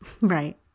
Right